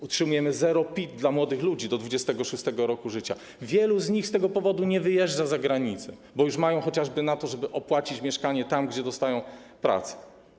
Utrzymujemy zerowy PIT dla młodych ludzi do 26. roku życia, wielu z nich z tego powodu nie wyjeżdża za granicę, bo mają chociażby na to, żeby opłacić mieszkanie tam, gdzie dostają pracę.